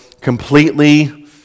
completely